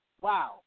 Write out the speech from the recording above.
wow